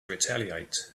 retaliate